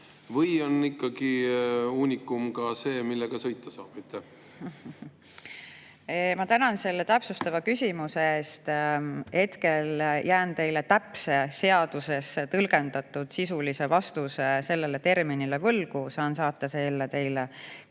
või on uunikum ka see, millega sõita saab? Ma tänan selle täpsustava küsimuse eest. Hetkel jään teile täpse seaduses tõlgendatud sisulise vastuse selle termini kohta võlgu. Saan saata teile